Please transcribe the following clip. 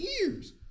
years